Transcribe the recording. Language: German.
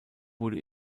wurde